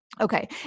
Okay